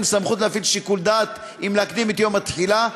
סמכות להפעיל שיקול דעת אם להקדים את יום התחילה,